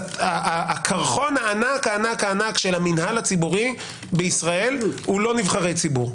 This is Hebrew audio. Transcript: הקרחון הענק-ענק של המינהל הציבורי בישראל אינו נבחרי ציבור.